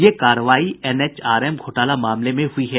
ये कार्रवाई एनएचआरएम घोटाला मामले में हुयी है